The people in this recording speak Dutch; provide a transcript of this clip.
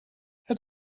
het